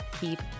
keep